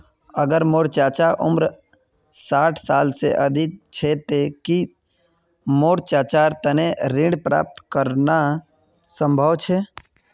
अगर मोर चाचा उम्र साठ साल से अधिक छे ते कि मोर चाचार तने ऋण प्राप्त करना संभव छे?